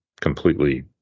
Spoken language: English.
completely